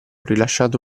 rilasciato